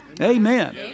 Amen